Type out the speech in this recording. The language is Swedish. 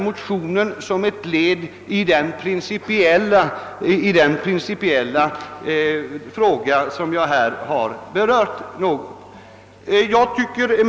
Motionen avser att tillgodose de principiella önskemål som jag här har berört.